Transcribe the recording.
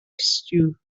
stew